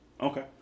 Okay